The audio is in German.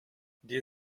dir